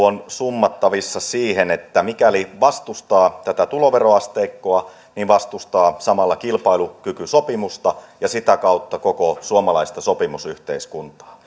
on summattavissa siihen että mikäli vastustaa tätä tuloveroasteikkoa vastustaa samalla kilpailukykysopimusta ja sitä kautta koko suomalaista sopimusyhteiskuntaa